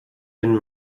den